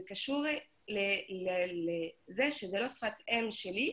זה קשור לזה שזה לא שפת אם שלי.